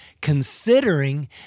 considering